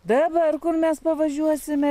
dabar kur mes pavažiuosime